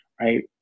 right